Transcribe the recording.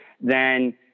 then-